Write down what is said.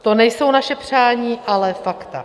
To nejsou naše přání, ale fakta.